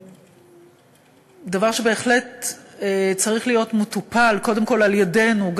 דבר שבהחלט צריך להיות מטופל קודם כול על-ידינו,